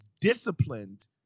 disciplined